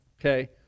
Okay